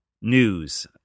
news